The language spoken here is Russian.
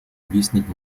объяснить